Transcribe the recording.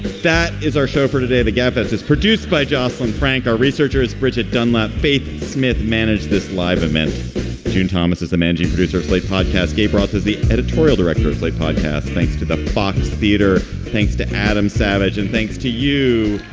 that is our show for today. the gabfests is produced by josslyn frank. our researchers brigid dunlop, faith smith managed this live event. june thomas is the managing producer's late podcast. gabe roth is the editorial director of podcast. thanks to the fox theater. thanks to adam savage and thanks to you,